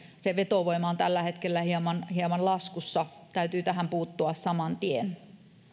se vetovoima on tällä hetkellä hieman hieman laskussa täytyy tähän puuttua saman tien